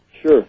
Sure